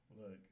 look